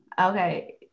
Okay